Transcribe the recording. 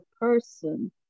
person